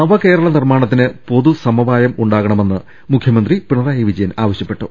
നവകേരള നിർമ്മാണത്തിന് പൊതുസമവായം ഉണ്ടാകണമെന്ന് മുഖ്യമന്ത്രി പിണറായി വിജയൻ ആവശൃപ്പെട്ടു